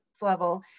level